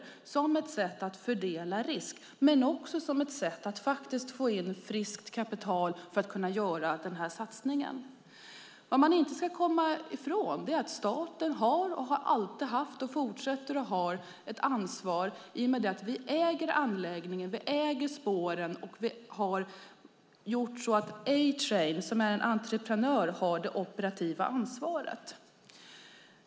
Det var ett sätt att fördela riskerna och ett sätt att få in friskt kapital för att kunna göra den här satsningen. Staten har, har alltid haft och kommer fortsatt att ha ett ansvar eftersom vi äger anläggningen och spåren. A-train som är entreprenör har det operativa ansvaret.